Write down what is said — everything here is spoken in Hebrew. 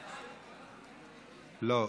לא.